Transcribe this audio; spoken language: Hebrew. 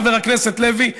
חבר הכנסת לוי,